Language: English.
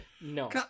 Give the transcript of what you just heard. No